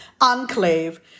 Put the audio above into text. enclave